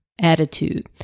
attitude